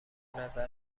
نظر